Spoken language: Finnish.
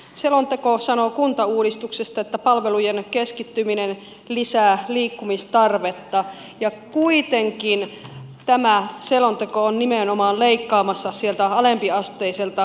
selonteko sanoo kuntauudistuksesta että palvelujen keskittyminen lisää liikkumistarvetta ja kuitenkin tämä selonteko on nimenomaan leikkaamassa sieltä alempiasteiselta tieverkolta